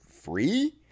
free